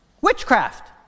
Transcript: Witchcraft